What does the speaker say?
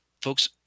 folks